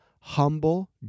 humble